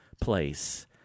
place